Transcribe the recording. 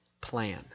plan